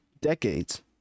decades